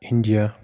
India